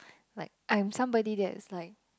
like I'm somebody that is like